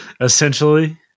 essentially